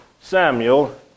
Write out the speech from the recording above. Samuel